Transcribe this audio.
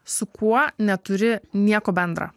su kuo neturi nieko bendra